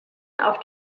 auf